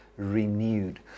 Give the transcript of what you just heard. renewed